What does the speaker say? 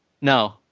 No